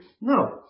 No